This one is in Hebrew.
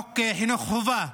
חינוך חובה.